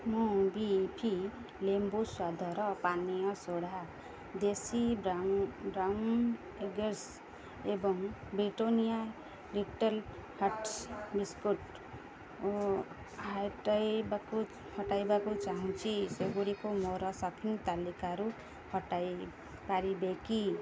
ମୁଁ ବିଫ୍ରି ଲେମ୍ବୁ ସ୍ୱାଦର ପାନୀୟ ସୋଡ଼ା ଦେଶୀ ବ୍ରାଉନ୍ ଏଗସ୍ ଏବଂ ବ୍ରିଟାନିଆ ଲିଟିଲ୍ ହାର୍ଟ୍ସ୍ ବିସ୍କୁଟ୍ ଓ ହାଟାଇବାକୁ ହଟାଇବାକୁ ଚାହୁଁଛି ସେଗୁଡ଼ିକୁ ମୋର ସପିଙ୍ଗ୍ ତାଲିକାରୁ ହଟାଇ ପାରିବେ କି